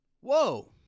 Whoa